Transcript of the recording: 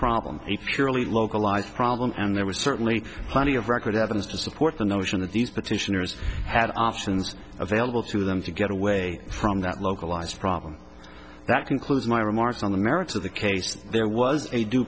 problem a purely localized problem and there was certainly plenty of record evidence to support the notion that these petitioners had options available to them to get away from that localized problem that concludes my remarks on the merits of the case there was a du